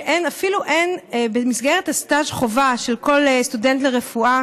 שאין אפילו במסגרת הסטאז' חובה של כל סטודנט לרפואה,